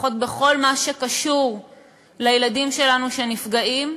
לפחות בכל מה שקשור לילדים שלנו שנפגעים,